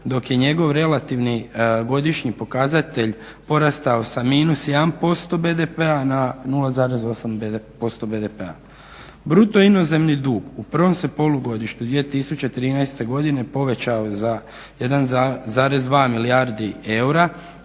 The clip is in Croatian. dok je njegov relativni godišnji pokazatelj porastao sa mnus 1% BDP-a na 0,8% BDP-a. Bruto inozemni dug u prvom se polugodištu 2013.godine povećao za 1,2 milijardi eura